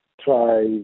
try